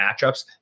matchups